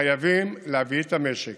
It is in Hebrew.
חייבים להביא את המשק